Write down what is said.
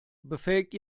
befähigt